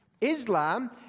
Islam